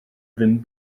ddim